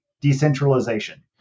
Decentralization